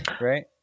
right